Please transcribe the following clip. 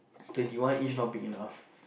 twenty one inch not big enough